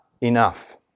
enough